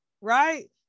Right